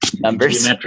numbers